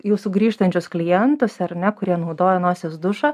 jau sugrįžtančius klientus ar ne kurie naudoja nosies dušą